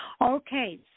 Okay